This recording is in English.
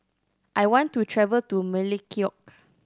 I want to travel to Melekeok